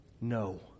no